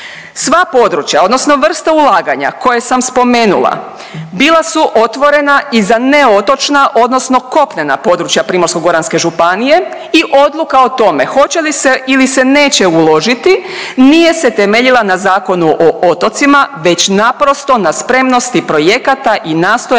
Sva područja odnosno vrste ulaganja koje sam spomenula bila su otvorena i za ne otočna odnosno kopnena područja Primorsko-goranske županije i odluka o tome hoće li se ili se neće uložiti nije se temeljila na Zakonu o otocima već naprosto na spremnosti projekata i nastojanju